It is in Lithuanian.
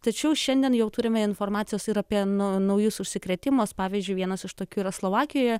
tačiau šiandien jau turime informacijos ir apie naujus užsikrėtimus pavyzdžiui vienas iš tokių yra slovakijoje